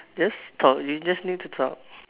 just talk you just need to talk